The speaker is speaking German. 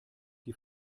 die